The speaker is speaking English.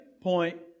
point